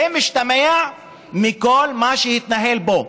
זה משתמע מכל מה שהתנהל פה.